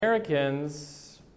Americans